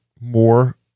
more